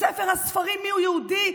בספר הספרים מיהו יהודי,